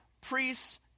priests